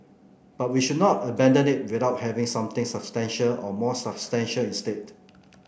but we should not abandon it without having something substantial and more substantial instead